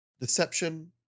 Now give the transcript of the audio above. Deception